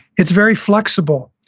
it's very flexible.